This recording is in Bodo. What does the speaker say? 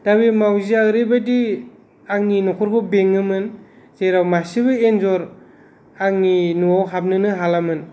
दा बे माउजिया ओरैबायदि आंनि न'खरखौ बेङोमोन जेराव मासेबो एन्जर आंनि न'आव हाबनोनो हालामोन